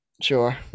Sure